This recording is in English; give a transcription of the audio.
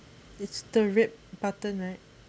it's the red button right